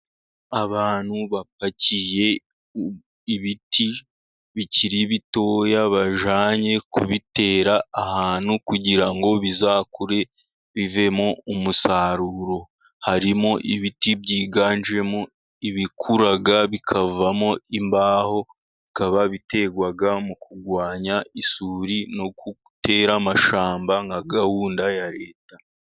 Abantu bapakiye ibiti bikiri bitoya, bajyanye kubitera ahantu kugira ngo bizakure bivemo umusaruro. Harimo ibiti byiganjemo ibikura bikavamo imbaho, bikaba biterwa mu kurwanya isuri, no gutera amashyamba nka gahunda ya Leta.